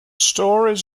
stories